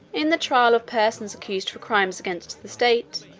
in the trial of persons accused for crimes against the state,